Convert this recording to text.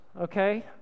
okay